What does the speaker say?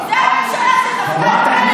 הוא ירד.